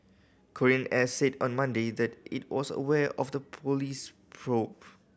Korean Air said on Monday that it was aware of the police probe